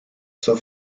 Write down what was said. zur